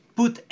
put